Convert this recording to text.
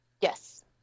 Yes